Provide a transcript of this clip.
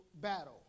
battle